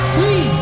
Three